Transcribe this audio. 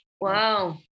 Wow